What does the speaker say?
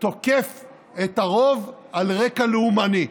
תוקף את הרוב על רקע לאומני.